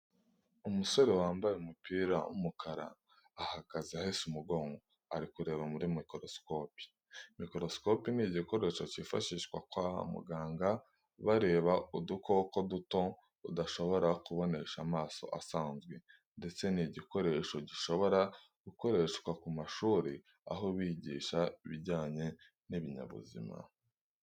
Umusore wambaye umupira w'umukara ahagaze ahese umugongo, ari kureba muri mikorosikopi. Mikorosikopi ni igikoresho kifashishwa kwa muganga bareba udukoko duto udashobora kubonesha amaso asanzwe ndetse iki gikoresho gishobora gukoreshwa ku mashuri, aho bigisha ibijyanye n'ibinyabuzima.